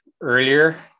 earlier